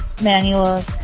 manual